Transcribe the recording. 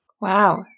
Wow